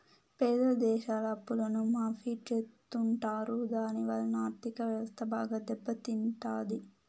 పేద దేశాల అప్పులను మాఫీ చెత్తుంటారు దాని వలన ఆర్ధిక వ్యవస్థ బాగా దెబ్బ తింటాది